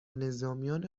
نظامیان